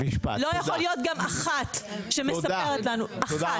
גם לא יכולה להיות אחת שמספרת לנו, אחת.